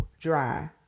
dry